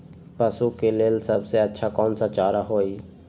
पशु के लेल सबसे अच्छा कौन सा चारा होई?